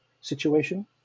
situation